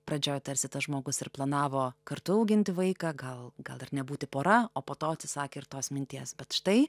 pradžioj tarsi tas žmogus ir planavo kartu auginti vaiką gal gal ir nebūti pora o po to atsisakė ir tos minties bet štai